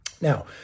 Now